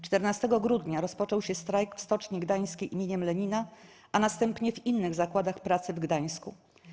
14 grudnia rozpoczął się strajk w Stoczni Gdańskiej im. Lenina, a następnie w innych zakładach pracy w Gdańsku.